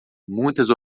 muitas